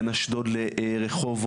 בן אשדוד לרחובות,